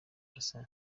asa